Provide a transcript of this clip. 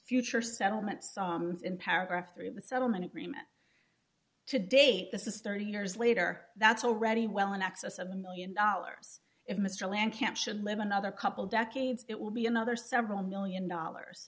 future settlements in paragraph three of the settlement agreement to date this is thirty years later that's already well in excess of a one million dollars if mr land captioned live another couple decades it will be another several one million dollars